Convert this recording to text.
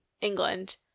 England